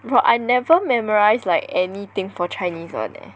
bro I never memorise like anything for Chinese [one] leh